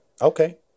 Okay